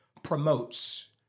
promotes